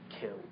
killed